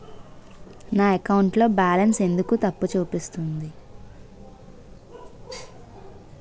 నా అకౌంట్ లో బాలన్స్ ఎందుకు తప్పు చూపిస్తుంది?